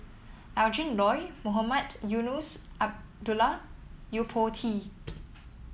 Adrin Loi Mohamed Eunos Abdullah Yo Po Tee